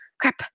Crap